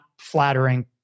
flattering